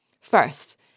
First